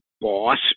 boss